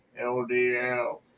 LDL